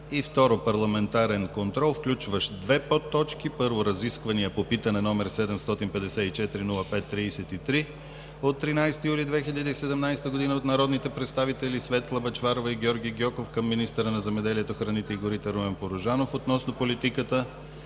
г.). 2. Парламентарен контрол, включващ две подточки: 2.1. Разисквания по Питане № 754-05-33 от 13 юли 2017 г. от народните представители Светла Бъчварова и Георги Гьоков към министъра на земеделието, храните и горите Румен Порожанов относно политиката